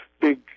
big